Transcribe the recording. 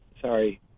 sorry